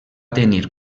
tenir